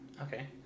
okay